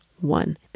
one